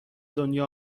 دنیا